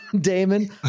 Damon